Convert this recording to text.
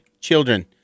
Children